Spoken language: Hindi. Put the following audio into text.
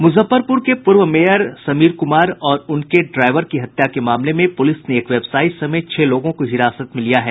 मुजफ्फरपुर के पूर्व मेयर समीर कुमार और उनके ड्राइवर की हत्या के मामले में पुलिस ने एक व्यवसायी समेत छह लोगों को हिरासत में लिया है